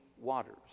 waters